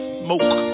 smoke